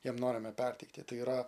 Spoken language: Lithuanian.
jam norime perteikti tai yra